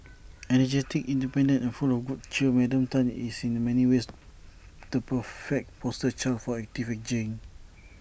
energetic independent and full of good cheer Madam Tan is in many ways the perfect poster child for active ageing